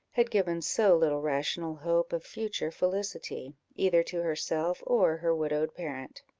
had given so little rational hope of future felicity, either to herself or her widowed parent.